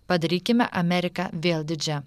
padarykime ameriką vėl didžia